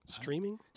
Streaming